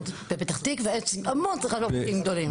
בפתח תקווה המון צריכה של בקבוקים גדולים.